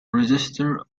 register